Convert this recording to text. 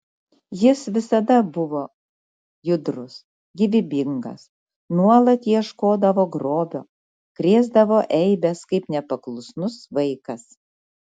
jis visada buvo judrus gyvybingas nuolat ieškodavo grobio krėsdavo eibes kaip nepaklusnus vaikas